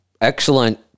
Excellent